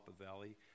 Valley